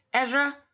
Ezra